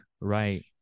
Right